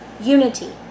unity